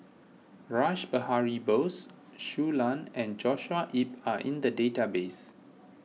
Rash Behari Bose Shui Lan and Joshua Ip are in the database